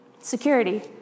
Security